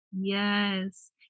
Yes